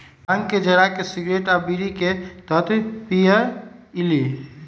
भांग के जरा के सिगरेट आ बीड़ी के तरह पिअईली